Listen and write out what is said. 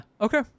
Okay